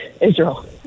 Israel